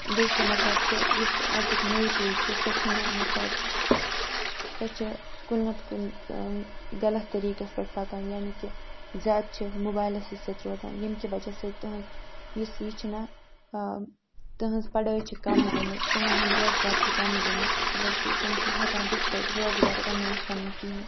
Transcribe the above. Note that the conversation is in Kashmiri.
بیٚیہِ چھِ مطلب کہِ یُس آزٕکۍ نٔے پُے چھِ سۄ چھِنہٕ مطلب سۄ چھِ کُنہِ نَتہٕ کُنہِ غلط طریٖقَس پٮ۪ٹھ پکان یعنی کہِ زیادٕ چھِ موبایلَسٕے سۭتۍ روزان ییٚمہِ کہِ وَجہ سۭتۍ تٕہٕنٛز یُس یہِ چھِنَہ تٕہٕنٛز پڑٲے چھِ کَم گٔمٕژ تِمَن ہُنٛد روزگار چھِ کَم گوٚمُت مطلب کہِ تِم چھِنہٕ ہٮ۪کان تِتھ پٲٹھۍ روزٕگار کمٲیِتھ پَنُن کِہیٖنۍ